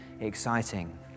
exciting